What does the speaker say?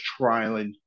trialing